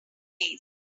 days